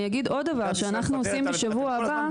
אני אגיד עוד דבר שאנחנו עושים בשבוע הבא --- אתם